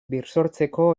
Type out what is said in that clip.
birsortzeko